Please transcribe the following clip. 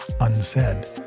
unsaid